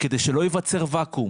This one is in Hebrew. כדי שלא ייווצר ואקום.